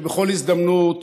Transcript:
שבכל הזדמנות,